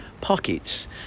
pockets